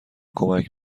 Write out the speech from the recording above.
کمک